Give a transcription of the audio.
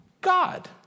God